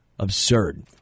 absurd